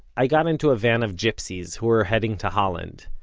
i got into a van of gypsies, who were heading to holland.